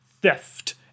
theft